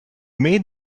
made